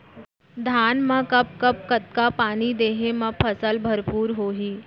धान मा कब कब कतका पानी देहे मा फसल भरपूर होही?